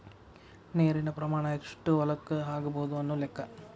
ನೇರಿನ ಪ್ರಮಾಣಾ ಎಷ್ಟ ಹೊಲಕ್ಕ ಆಗಬಹುದು ಅನ್ನು ಲೆಕ್ಕಾ